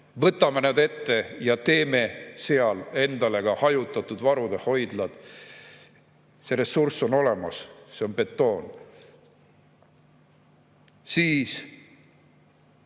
Võtame need ette ja teeme seal endale ka hajutatud varude hoidlad. See ressurss on olemas, see on betoon. Toomas